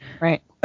Right